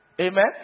Amen